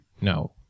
No